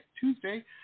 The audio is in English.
Tuesday